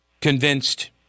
convinced